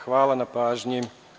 Hvala na pažnji.